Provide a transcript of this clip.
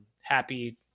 happy